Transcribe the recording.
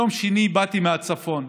ביום שני באתי מהצפון,